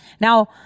Now